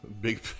Big